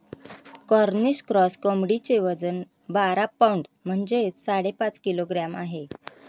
Cornish cross कोंबडीचे वजन बारा पौंड म्हणजेच साडेपाच किलोग्रॅम आहे